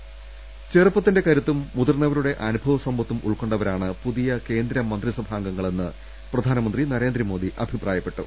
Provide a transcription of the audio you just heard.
ദർവ്വട്ടെഴ ചെറുപ്പത്തിന്റെ കരുത്തും മുതിർന്നവരുടെ അനുഭവ സമ്പത്തും ഉൾക്കൊ ണ്ടവരാണ് പുതിയ കേന്ദ്രമന്ത്രിസഭാംഗങ്ങളെന്ന് പ്രധാനമന്ത്രി നരേന്ദ്രമോദി അഭിപ്രായപ്പെട്ടു